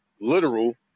literal